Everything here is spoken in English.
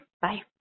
Bye